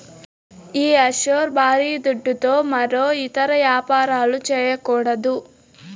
ఈ ఆఫ్షోర్ బారీ దుడ్డుతో మరో ఇతర యాపారాలు, చేయకూడదట